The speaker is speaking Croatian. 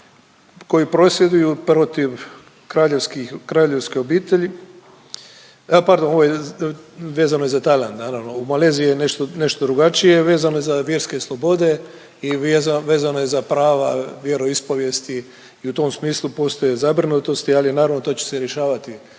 koji prosvjeduju protiv kraljevskih, kraljevske obitelji a pardon ovaj vezano je za Tajland naravno, u Maleziji je nešto, nešto drugačije vezano je za vjerske slobode i vezano je za prava vjeroispovijesti i u tom smislu postoje zabrinutosti, ali naravno to će se rješavati